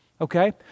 Okay